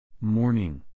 Morning